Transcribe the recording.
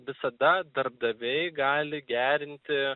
visada darbdaviai gali gerinti